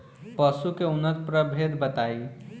पशु के उन्नत प्रभेद बताई?